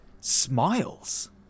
smiles